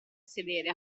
sedere